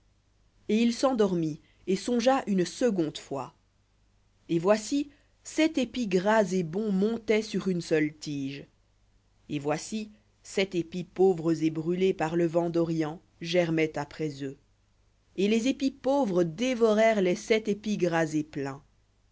et il s'endormit et songea une seconde fois et voici sept épis gras et bons montaient sur une seule tige et voici sept épis pauvres et brûlés par le vent d'orient germaient après eux et les épis pauvres dévorèrent les sept épis gras et pleins